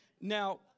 Now